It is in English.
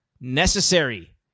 necessary